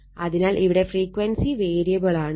അതിനാൽ ഇവിടെ frequency variable ആണ്